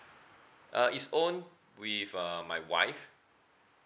uh it's owned with uh my wife